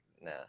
nah